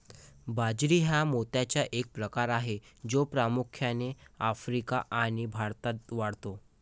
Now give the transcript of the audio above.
बाजरी हा मोत्याचा एक प्रकार आहे जो प्रामुख्याने आफ्रिका आणि भारतात वाढतो